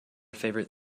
favorite